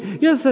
Yes